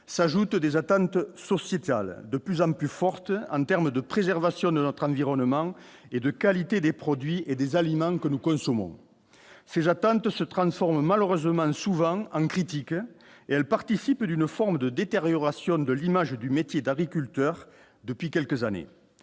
s'ajoutent des attentes sociétales de plus en plus forte en terme de préservation de notre environnement et de qualité des produits et des aliments que nous consommons ces attentes se transforme malheureusement souvent un critique et elle participe d'une forme de détérioration de l'image du métier d'agriculteur depuis quelques années,